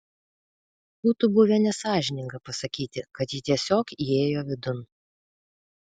būtų buvę nesąžininga pasakyti kad ji tiesiog įėjo vidun